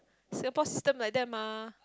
Singapore system like that mah